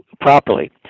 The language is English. properly